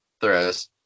throws